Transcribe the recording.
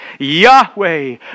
Yahweh